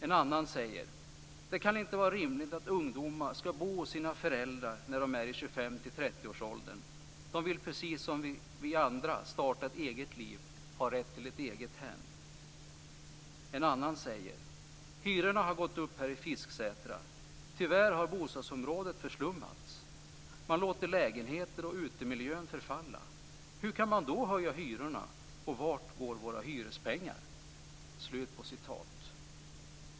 En tredje säger: "Det kan inte vara rimligt att ungdomar ska bo hos sina föräldrar när de är i 25-30 årsåldern. De vill precis som vi starta ett eget liv och ha rätt till ett eget hem." En fjärde skriver: "Hyrorna har gått upp här i Fisksätra. Tyvärr har bostadsområdet förslummats. Man låter lägenheter och utemiljön förfalla. Hur kan man då höja hyrorna, och vart går våra hyrespengar?"